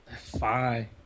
Fine